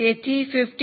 તેથી 15